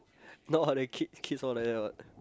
now all the kid kids all like that